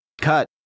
cut